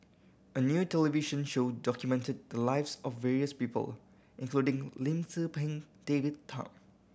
a new television show documented the lives of various people including Lim Tze Peng David Tham